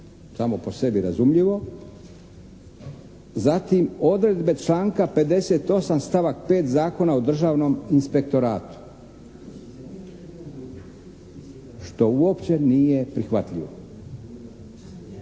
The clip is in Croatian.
samo po sebi razumljivo. Zatim odredbe članka 58. stavak 5. Zakona o Državnom inspektoratu, što uopće nije prihvatljivo.